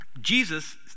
Jesus